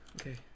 Okay